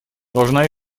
должна